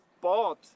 bought